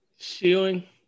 Ceiling